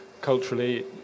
culturally